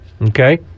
Okay